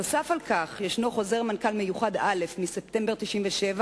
נוסף על כך, יש חוזר מנכ"ל מיוחד א' מספטמבר 1997,